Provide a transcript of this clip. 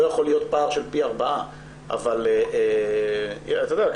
לא יכול להיות פער של פי 4. אתה יודע,